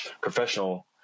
professional